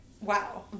wow